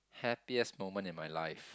happiest moment in my life